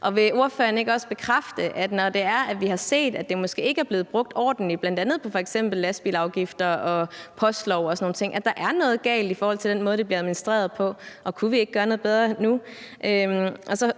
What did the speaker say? Og vil ordføreren ikke også bekræfte, at når det er, vi har set, at det måske ikke er blevet brugt ordentligt, bl.a. på områder som lastbilafgifter, postlov og sådan nogle ting, er der noget galt i forhold til den måde, det bliver administreret på? Og kunne vi ikke gøre noget bedre nu?